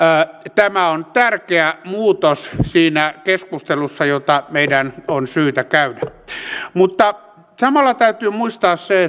tämä on tärkeä muutos siinä keskustelussa jota meidän on syytä käydä mutta samalla täytyy muistaa se